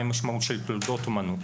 מה המשמעות של תולדות האומנות.